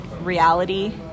reality